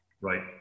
Right